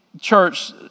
Church